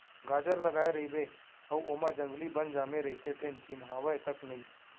गाजर लगाए रइबे अउ ओमा जंगली बन जामे रइथे तेन चिन्हावय तक नई